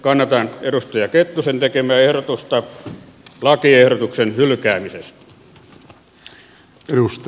kannatan edustaja kettusen tekemää ehdotusta lakiehdotuksen hylkäämisestä